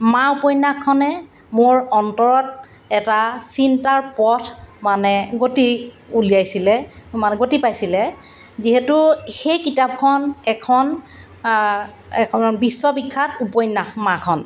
মা উপন্যাসখনে মোৰ অন্তৰত এটা চিন্তাৰ পথ মানে গতি উলিয়াইছিলে মানে গতি পাইছিলে যিহেতু সেই কিতাপখন এখন এখন বিশ্ববিখ্যাত উপন্যাস মাখন